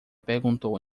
perguntou